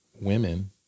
women